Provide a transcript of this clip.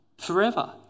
forever